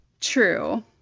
True